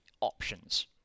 options